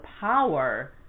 power